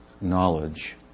knowledge